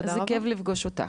איזה כיף לפגוש אותך.